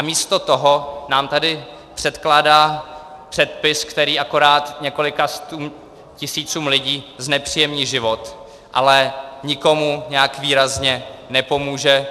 Místo toho nám tady předkládá předpis, který akorát několika stům tisíců lidí znepříjemní život, ale nikomu nějak výrazně nepomůže.